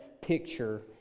picture